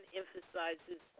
emphasizes